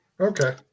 Okay